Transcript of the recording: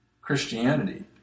Christianity